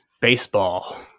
Baseball